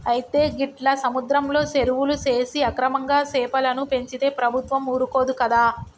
అయితే గీట్ల సముద్రంలో సెరువులు సేసి అక్రమంగా సెపలను పెంచితే ప్రభుత్వం ఊరుకోదు కదా